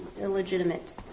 illegitimate